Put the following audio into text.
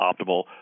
optimal